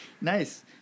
Nice